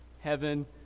Heaven